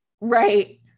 Right